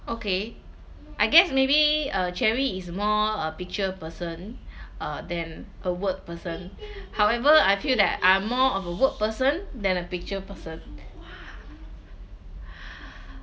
okay I guess maybe uh cherry is more a picture person uh than a word person however I feel that I'm more of a word person than a picture person